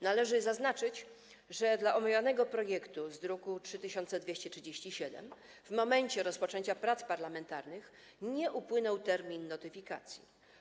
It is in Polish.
Należy zaznaczyć, że dla omawianego projektu z druku nr 3237 w momencie rozpoczęcia prac parlamentarnych nie upłynął termin notyfikacji.